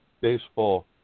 baseball